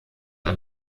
ein